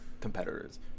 competitors